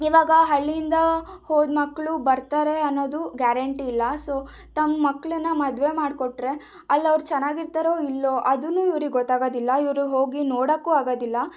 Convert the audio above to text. ಈವಾಗ ಹಳ್ಳಿಯಿಂದ ಹೋದ ಮಕ್ಕಳು ಬರ್ತಾರೆ ಅನ್ನೋದು ಗ್ಯಾರೆಂಟಿ ಇಲ್ಲ ಸೊ ತಮ್ಮ ಮಕ್ಕಳನ್ನು ಮದುವೆ ಮಾಡಿಕೊಟ್ರೆ ಅಲ್ಲಿ ಅವರು ಚೆನ್ನಾಗಿರ್ತಾರೋ ಇಲ್ವೋ ಅದೂ ಇವರಿಗೆ ಗೊತ್ತಾಗೋದಿಲ್ಲ ಇವರು ಹೋಗಿ ನೋಡೋಕ್ಕೂ ಆಗೋದಿಲ್ಲ